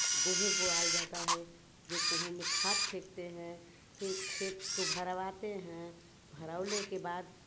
गेहूँ बोआल जाता है जो गेहूँ में खाद फेंकते हैं फिर खेत को भरवाते हैं भराने के बाद